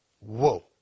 whoa